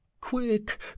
Quick